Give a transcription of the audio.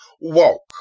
walk